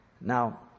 Now